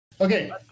Okay